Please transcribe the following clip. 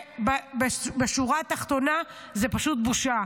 בשורה התחתונה זאת פשוט בושה.